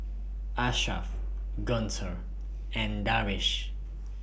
Ashraff Guntur and Darwish